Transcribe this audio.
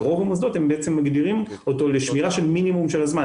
רוב המוסדות מגדירים אותו לשמירה של מינימום של זמן,